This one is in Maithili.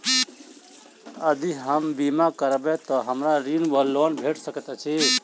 यदि हम बीमा करबै तऽ हमरा ऋण वा लोन भेट सकैत अछि?